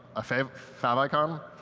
a favicon.